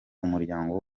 umuryango